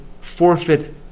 forfeit